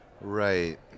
Right